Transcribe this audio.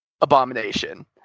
abomination